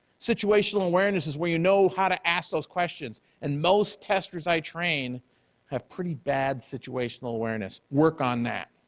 situational awareness is where you know how to ask those questions and most testers i train have pretty bad situational awareness. work on that.